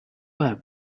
have